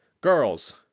Girls